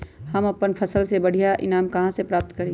हम अपन फसल से बढ़िया ईनाम कहाँ से प्राप्त करी?